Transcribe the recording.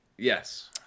Yes